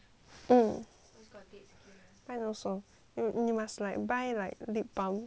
mine also you must like buy like lip balm